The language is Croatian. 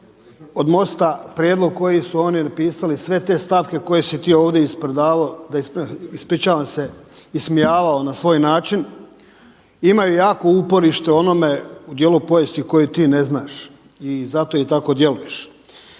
od MOST-a prijedlog koji su oni napisali, sve te stavke koje si ti ovdje ispredavao, ispričavam se ismijavao na svoj način, imaju jako uporište u onome dijelu povijesti koji ti ne znaš. I zato i tako djeluješ.